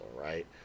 right